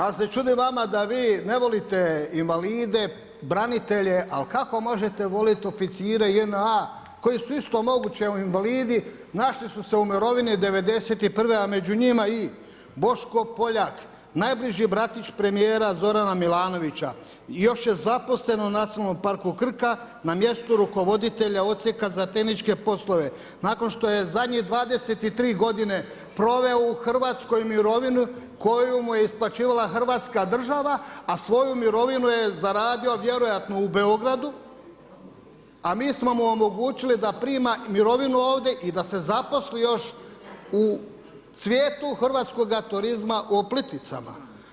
Ali se čudim vama da vi ne volite invalide, branitelje, ali kako možete volit oficire JNA koji su isto moguće invalidi, našli su se u mirovini '91., a među njima i Boško Poljak, najbliži bratić premijera Zorana Milanovića, još je zaposlen u NP Krka na mjestu rukovoditelja odsjeka za tehničke poslove, nakon što je zadnjih 23 godine proveo u Hrvatskoj mirovini koju mu je isplaćivala Hrvatska država, a svoju mirovinu je zaradio vjerojatno u Beogradu, a mi smo mu omogućili da prima mirovinu ovdje i da se zaposli još u cvijetu Hrvatskoga turizma u Plitvicama.